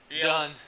Done